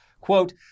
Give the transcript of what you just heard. Quote